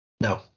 No